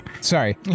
Sorry